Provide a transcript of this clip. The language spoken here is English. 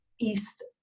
east